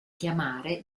chiamare